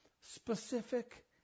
specific